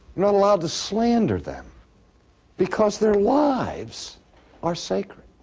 not allowed to slander them because their lives are sacred.